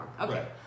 Okay